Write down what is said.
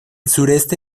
sureste